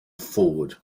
forward